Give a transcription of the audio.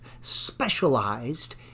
specialized